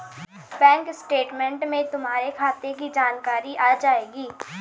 bank statement में तुम्हारे खाते की जानकारी आ जाएंगी